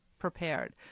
prepared